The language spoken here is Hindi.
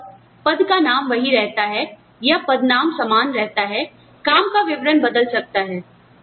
यहां पद पद का नाम वही रहता है या पदनाम समान रहता है काम का विवरण बदल सकता है